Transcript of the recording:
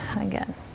again